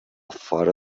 fora